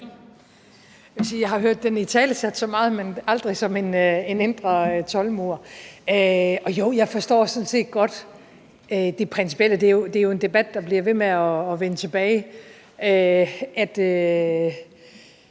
Jeg har hørt Storebæltsbroen italesat som meget, men aldrig som en indre toldmur. Og jo, jeg forstår sådan set godt det principielle – det er jo en debat, der bliver ved med at vende tilbage, altså